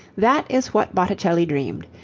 that is what botticelli dreamed.